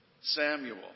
Samuel